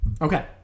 Okay